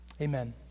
amen